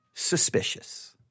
Suspicious